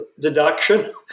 deduction